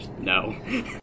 no